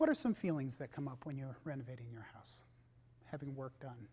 what are some feelings that come up when you're renovating your having worked on